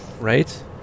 Right